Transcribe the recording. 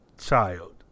child